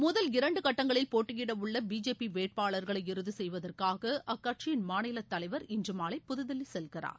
முதல் இரண்டு கட்டங்களில் போட்டியிடவுள்ள பிஜேபி வேட்பாளர்களை இறுதி செய்வதற்காக அக்கட்சியின் மாநில தலைவர் இன்று மாலை புதுதில்லி செல்கிறார்